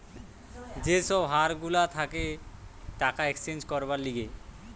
যে সব হার গুলা থাকে টাকা এক্সচেঞ্জ করবার লিগে